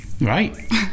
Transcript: right